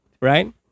right